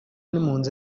n’impunzi